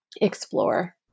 explore